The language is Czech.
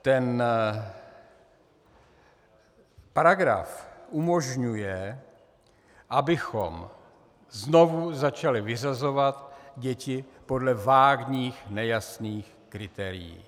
Ten paragraf umožňuje, abychom znovu začali vyřazovat děti podle vágních, nejasných kritérií.